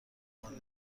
اماده